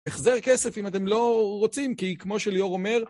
החזר כסף אם אתם לא רוצים, כי כמו שליאור אומר...